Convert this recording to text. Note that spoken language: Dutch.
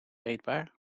eetbaar